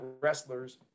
wrestlers